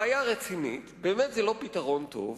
בעיה רצינית, באמת זה לא פתרון טוב,